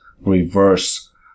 reverse